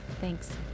Thanks